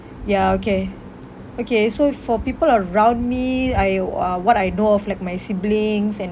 ya okay okay so for people around me I wha~ what I know of like my siblings and